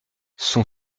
son